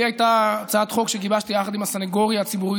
לי הייתה הצעת חוק שגיבשתי יחד עם הסנגוריה הציבורית,